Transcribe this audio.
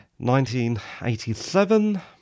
1987